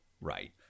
Right